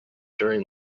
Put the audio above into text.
during